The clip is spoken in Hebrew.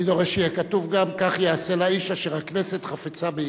אני דורש שיהיה כתוב גם: כך ייעשה לאיש אשר הכנסת חפצה ביקרו.